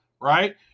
right